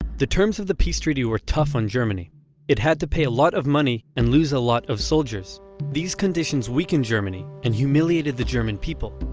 the terms of the peace treaty were tough on germany it had to pay a lot of money and lose a lot of soldiers these conditions weakened germany and humiliated the german people.